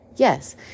Yes